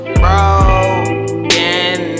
broken